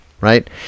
right